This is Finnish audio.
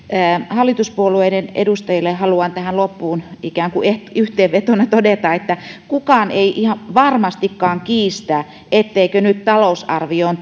hallituspuolueiden edustajille haluan tähän loppuun ikään kuin yhteenvetona todeta että kukaan ei varmastikaan kiistä etteivätkö nyt talousarvioon